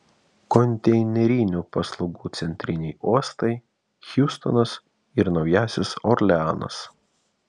konteinerinių paslaugų centriniai uostai hjustonas ir naujasis orleanas